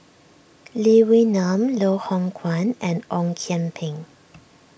Lee Wee Nam Loh Hoong Kwan and Ong Kian Peng